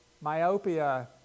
myopia